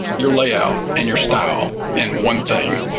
your layout and your style in one thing.